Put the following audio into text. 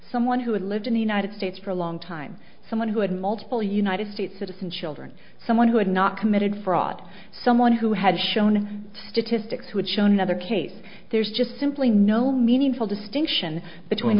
someone who had lived in the united states for a long time someone who had multiple united states citizen children someone who had not committed fraud someone who had shown statistics would show another case there's just simply no meaningful distinction between